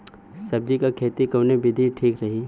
सब्जी क खेती कऊन विधि ठीक रही?